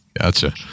gotcha